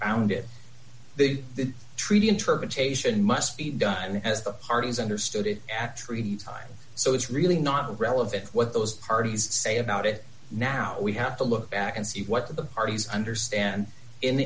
found it the treaty interpretation must be done as the parties understood it act so it's really not relevant what those parties say about it now we have to look back and see what the parties understand in